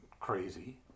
crazy